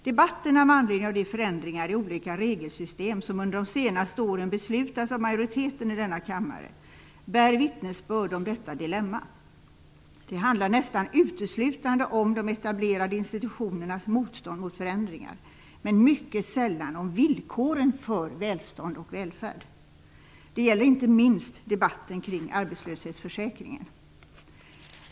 Debatterna med anledning av de förändringar i olika regelsystem som under de senaste åren beslutats av majoriteten i denna kammare bär vittnesbörd om detta dilemma. De handlar nästan uteslutande om de etablerade institutionernas motstånd mot förändringar, men mycket sällan om villkoren för välstånd och välfärd. Det gäller inte minst debatten kring arbetslöshetsförsäkringen.